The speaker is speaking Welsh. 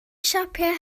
siapau